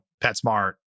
PetSmart